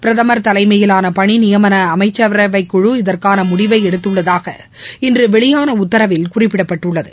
பிரதமர் தலைமையிலான பணி நியமன அமைச்சரவைக்குழு இதற்கான முடிவை எடுத்துள்ளதாக இன்று வெளியான உத்தரவில் குறிப்பிடப்பட்டுள்ளது